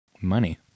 Money